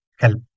help